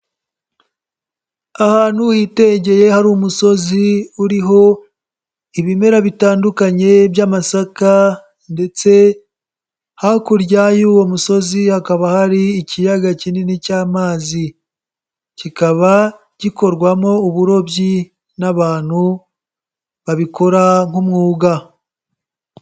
Ahantu hitegeye hari umusozi uriho ibimera bitandukanye by'amasaka ndetse hakurya y'uwo musozi hakaba hari ikiyaga kinini cy'amazi, kikaba gikorwamo uburobyi n'abantu babikora nk'umwuga.